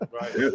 right